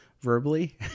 verbally